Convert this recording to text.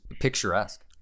picturesque